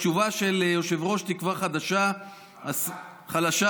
התשובה של יושב-ראש תקווה חדשה, חלשה.